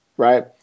Right